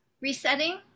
resetting